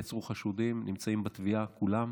נעצרו חשודים, הם נמצאים בתביעה כולם.